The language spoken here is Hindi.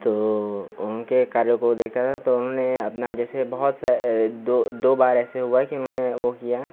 तो वह उनके कार्यों को देखता था तो उन्होंने अपना जैसे बहुत सा दो दो बार ऐसे हुआ है कि उन्होंने वह किया है